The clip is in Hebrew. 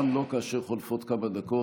גם לא כאשר חולפות כמה דקות.